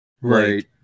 Right